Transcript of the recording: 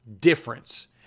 difference